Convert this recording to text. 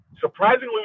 surprisingly